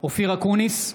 אופיר אקוניס,